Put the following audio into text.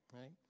right